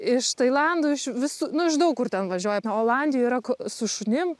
iš tailandų iš vis nu iš daug kur ten važiuoja olandijoj yra su šunim